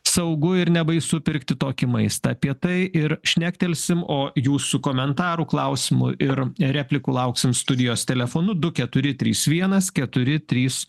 saugu ir nebaisu pirkti tokį maistą apie tai ir šnektelsim o jūsų komentarų klausimų ir replikų lauksim studijos telefonu du keturi trys vienas keturi trys